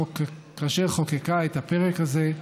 כאשר חוקקה את הפרק הזה,